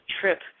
trip